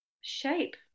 shape